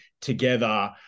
together